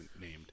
named